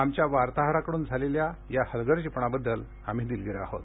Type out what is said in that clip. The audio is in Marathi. आमच्या वार्ताहराकडून झालेल्या या हलगर्जीपणाबद्दल दिलगीर आहोत